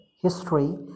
history